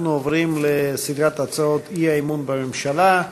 אנחנו עוברים לסדרת הצעות אי-אמון בממשלה.